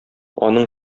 аның